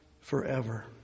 forever